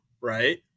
right